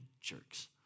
jerks